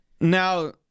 Now